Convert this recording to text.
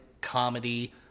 comedy